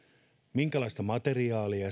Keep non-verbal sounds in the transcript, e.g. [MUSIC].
minkälaista materiaalia [UNINTELLIGIBLE]